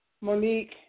Monique